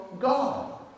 God